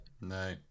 No